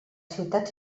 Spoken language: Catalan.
ciutat